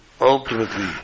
ultimately